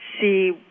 see